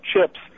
chips